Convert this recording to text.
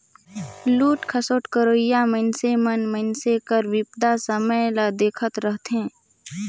लूट खसोट करोइया मइनसे मन मइनसे कर बिपदा समें ल देखत रहथें